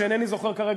שאינני זוכר אותו כרגע,